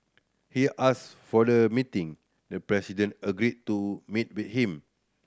he asked for the meeting the president agreed to meet with him